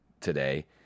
today